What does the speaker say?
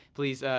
please,